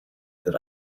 that